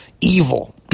evil